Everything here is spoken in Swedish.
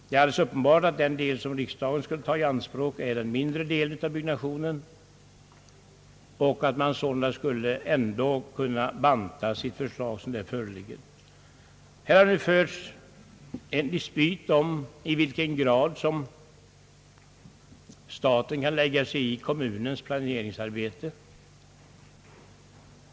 Det är uppenbart att riksdagen skulle ta i anspråk endast en mindre del av byggnationen. Sålunda skulle man ändå kunna banta förslaget sådant det nu föreligger. Här förs en dispyt om i vilken grad staten kan lägga sig i kommunens planeringsarbete.